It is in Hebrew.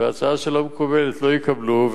והצעה שלא מקובלת לא יקבלו,